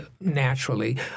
naturally